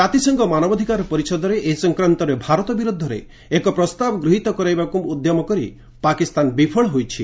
ଜାତିସଂଘ ମାନବାଧିକାର ପରିଷଦରେ ଏ ସଂକ୍ରାନ୍ତରେ ଭାରତ ବିରୋଧରେ ଏକ ପ୍ରସ୍ତାବ ଗୃହୀତ କରାଇବାକୁ ଉଦ୍ୟମ କରି ପାକିସ୍ତାନ ବିଫଳ ହୋଇଛି